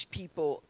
people